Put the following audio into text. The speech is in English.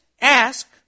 ask